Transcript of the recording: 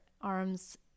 arms